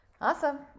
Awesome